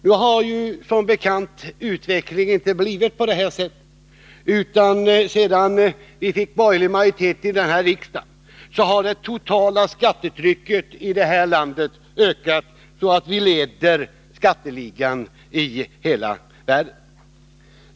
Nu har som bekant utvecklingen inte gått på det här sättet, utan sedan vi fick borgerlig majoritet i riksdagen har det totala skattetrycket här i landet ökat så att vi leder skatteligan i hela världen.